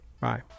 Bye